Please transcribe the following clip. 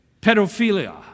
pedophilia